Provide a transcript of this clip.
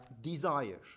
desire